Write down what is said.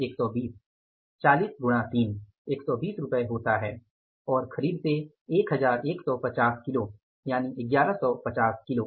120 40 गुणा 3 120 रूपए होता है और खरीद से 1150 किलो